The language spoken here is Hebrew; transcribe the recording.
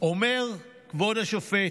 אומר כבוד השופט: